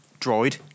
droid